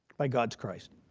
by god's christ.